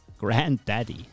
Granddaddy